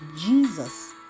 Jesus